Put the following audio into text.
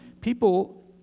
People